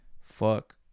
Fuck